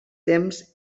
temps